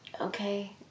Okay